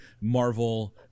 Marvel